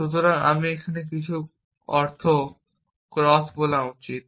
সুতরাং আমি এখানে কিছু অর্থ ক্রস বলা উচিত